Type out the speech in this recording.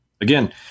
again